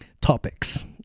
topics